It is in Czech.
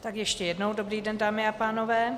Tak ještě jednou dobrý den, dámy a pánové.